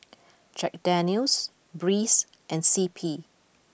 Jack Daniel's Breeze and C P